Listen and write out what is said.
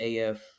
af